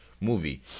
movie